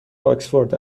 آکسفورد